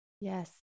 Yes